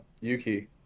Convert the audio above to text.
Yuki